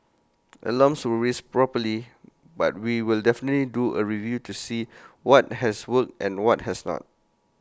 alarms were raised properly but we will definitely do A review to see what has worked and what has not